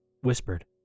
whispered